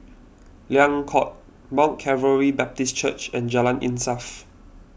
Liang Court Mount Calvary Baptist Church and Jalan Insaf